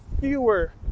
fewer